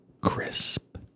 crisp